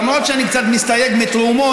למרות שאני קצת מסתייג מתרומות,